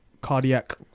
cardiac